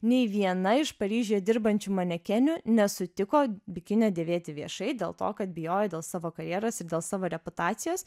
nei viena iš paryžiuje dirbančių manekenių nesutiko bikinio dėvėti viešai dėl to kad bijojo dėl savo karjeros ir dėl savo reputacijos